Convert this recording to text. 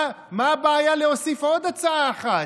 מה הבעיה להוסיף עוד הצעה אחת?